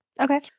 Okay